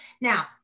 Now